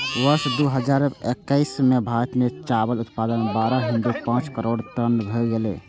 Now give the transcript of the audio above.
वर्ष दू हजार एक्कैस मे भारत मे चावल उत्पादन बारह बिंदु पांच करोड़ टन भए गेलै